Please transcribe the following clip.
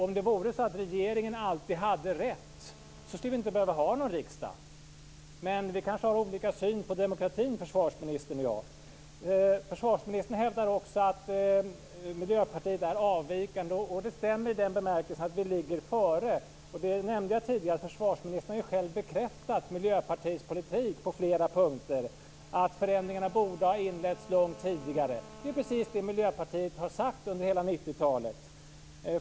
Om det vore så att regeringen alltid hade rätt skulle vi inte behöva ha någon riksdag, men vi kanske har olika syn på demokratin, försvarsministern och jag. Försvarsministern hävdar också att Miljöpartiet är avvikande. Det stämmer i den bemärkelsen att vi ligger före. Det nämnde jag tidigare. Försvarsministern har ju själv bekräftat Miljöpartiets politik på flera punkter, t.ex. när det gäller att förändringarna borde ha inletts långt tidigare. Det är precis det Miljöpartiet har sagt under hela 90-talet.